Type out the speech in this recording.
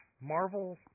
Marvel